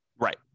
right